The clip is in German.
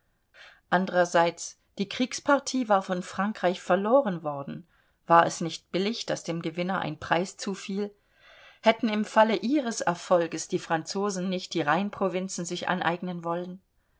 andererseits die kriegspartie war von frankreich verloren worden war es nicht billig daß dem gewinner ein preis zufiel hätten im falle ihres erfolges die franzosen nicht die rheinprovinzen sich aneignen wollen